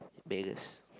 bagels